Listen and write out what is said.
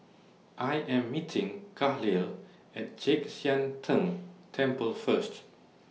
I Am meeting Kahlil At Chek Sian Tng Temple First